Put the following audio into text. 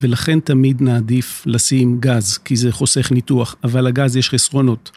ולכן תמיד נעדיף לשים גז, כי זה חוסך ניתוח, אבל לגז יש חסרונות.